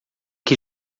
que